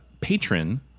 patron